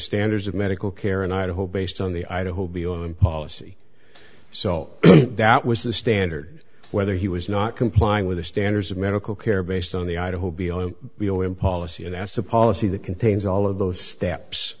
standards of medical care and i'd hope based on the idaho be on policy so that was the standard whether he was not complying with the standards of medical care based on the idaho beyond we owe him policy and that's a policy that contains all of those steps